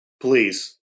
Please